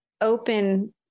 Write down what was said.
open